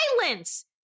violence